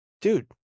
Dude